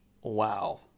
wow